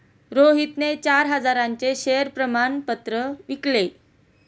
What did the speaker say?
रोहितने चार हजारांचे शेअर प्रमाण पत्र विकले